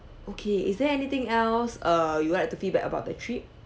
okay is there anything else err you would like to feedback about the trip